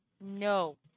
No